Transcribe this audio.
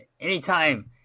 anytime